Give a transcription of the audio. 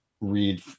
read